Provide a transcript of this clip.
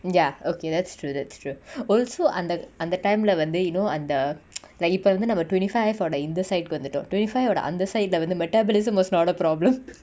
ya okay that's true that's true also அந்த அந்த:antha antha time lah வந்து:vanthu you know அந்த:antha like இப்ப வந்து நம்ம:ippa vanthu namma twenty five ஓட இந்த:oda intha side கு வந்துட்டோ:ku vanthutto twenty five ஓட அந்த:oda antha side lah வந்து:vanthu metabolism was not a problem